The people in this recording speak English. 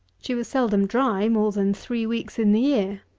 she was seldom dry more than three weeks in the year.